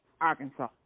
Arkansas